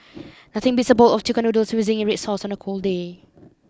nothing beats a bowl of chicken noodles with zingy red sauce on a cold day